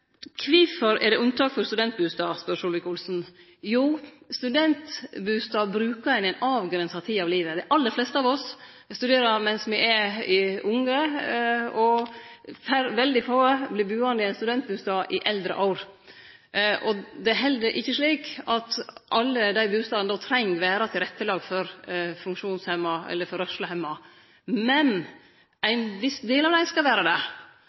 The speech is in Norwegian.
Kvifor er det unntak for studentbustader, spør representanten Solvik-Olsen. Jo, ein studentbustad brukar ein i ei avgrensa tid av livet. Dei aller fleste av oss studerer mens me er unge. Veldig få vert buande i ein studentbustad i eldre år. Det er ikkje slik at alle dei bustadene då treng vere tilrettelagde for rørslehemma. Men ein viss del av dei skal vere det.